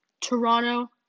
Toronto